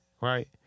right